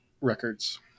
records